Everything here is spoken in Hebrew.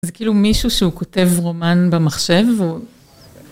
זה כאילו מישהו שהוא כותב רומן במחשב והוא